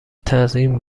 تزیین